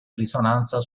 risonanza